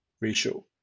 Ratio